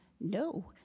no